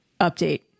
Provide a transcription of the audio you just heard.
update